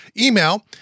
email